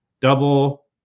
double